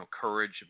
courage